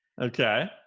Okay